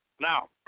now